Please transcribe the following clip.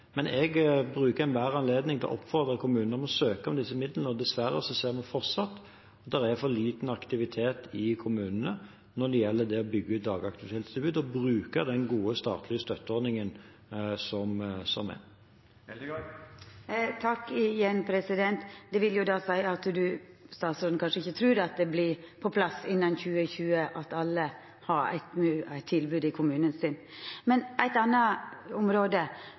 Men jeg bruker enhver anledning til å oppfordre kommunene om å søke om disse midlene. Dessverre ser vi fortsatt at det er for liten aktivitet i kommunene når det gjelder å bygge ut dagaktivitetstilbud og bruke den gode, statlige støtteordningen som er. Det vil då seia at statsråden kanskje ikkje trur at det kjem på plass innan 2020 at alle har eit tilbod i kommunen sin. Eit anna område,